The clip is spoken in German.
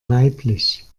weiblich